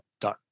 done